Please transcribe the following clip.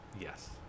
Yes